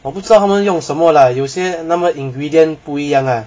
我不知道他们用什么 lah 有些那么 ingredient 不一样 ah